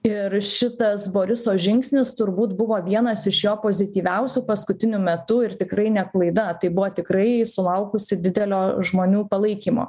ir šitas boriso žingsnis turbūt buvo vienas iš jo pozityviausių paskutiniu metu ir tikrai ne klaida tai buvo tikrai sulaukusi didelio žmonių palaikymo